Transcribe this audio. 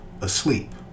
asleep